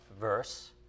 verse